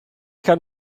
kann